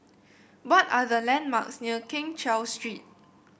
what are the landmarks near Keng Cheow Street